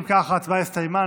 אם כך, ההצבעה הסתיימה.